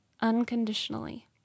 unconditionally